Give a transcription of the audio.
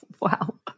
Wow